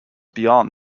beyond